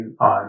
on